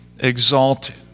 exalted